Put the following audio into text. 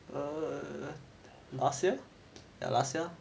err last year last year